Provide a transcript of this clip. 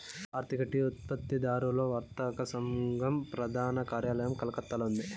భారతీయ tea ఉత్పత్తిదారుల వర్తక సంఘం ప్రధాన కార్యాలయం కలకత్తాలో ఉంది